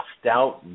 stout